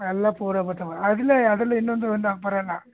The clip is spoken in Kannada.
ಎಲ್ಲ ಪೂರ ಬರ್ತವೆ ಅದರಲ್ಲಿ ಅದರಲ್ಲಿ ಇನ್ನೊಂದು ನಮ್ಗೆ ಬರೋಲ್ಲ